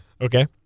Okay